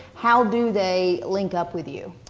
how do they link up with you?